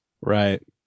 right